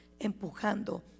empujando